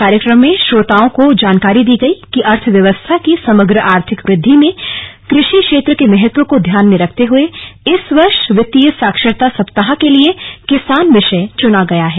कार्यक्रम में श्रोताओं को जानकारी दी गई कि अर्थव्यवस्था की समग्र आर्थिक वृद्धि में कृषि क्षेत्र के महत्व को ध्यान में रखते हुए इस वर्ष वित्तीय साक्षरता सप्ताह के लिए किसान विषय चुना गया है